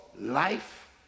Life